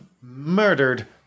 murdered